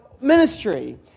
ministry